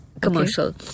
commercial